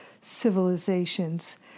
civilizations